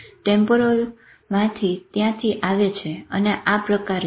temporal ત્યાંથી આવે છે અને આ પ્રકાર છે